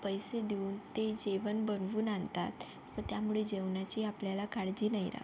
पैसे देऊन ते जेवण बनवून आणतात व त्यामुळे जेवणाची आपल्याला काळजी नाही रहात